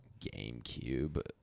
gamecube